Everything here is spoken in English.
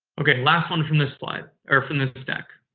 okay. last one from this slide. or from this deck.